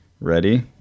Ready